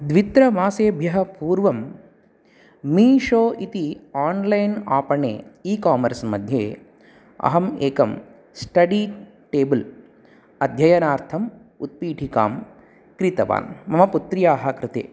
द्वित्रमासेब्यः पूर्वं मीशो इति आन्लैन् आपणे ई कामर्स् मध्ये अहम् एकं स्टडि टेबल् अध्ययनार्थम् उत्पीटिकां क्रीतवान् मम पुत्र्याः कृते